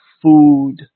food